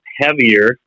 heavier